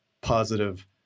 positive